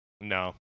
No